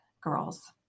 girls